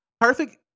Perfect